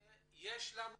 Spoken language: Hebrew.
ויש לנו כיוונים,